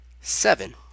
Seven